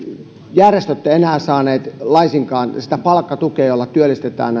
enää saaneet laisinkaan sitä palkkatukea jolla työllistetään